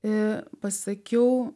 ir pasakiau